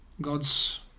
God's